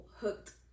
hooked